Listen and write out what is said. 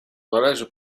należy